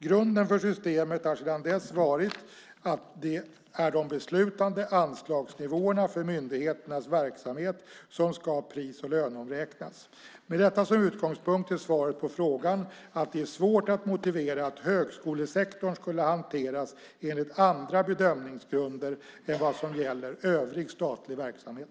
Grunden för systemet har sedan dess varit att det är de beslutade anslagsnivåerna för myndigheternas verksamhet som ska pris och löneomräknas. Med detta som utgångspunkt är svaret på frågan att det är svårt att motivera att högskolesektorn skulle hanteras enligt andra bedömningsgrunder än vad som gäller för övrig statlig verksamhet.